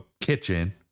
kitchen